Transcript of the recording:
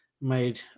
made